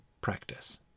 practice